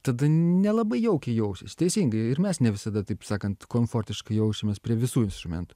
tada nelabai jaukiai jausis teisingai ir mes ne visada taip sakant komfortiškai jausimės prie visų instrumentų